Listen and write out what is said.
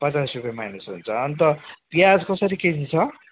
पचास रुपियाँ माइनस हुन्छ अन्त प्याज कसरी केजी छ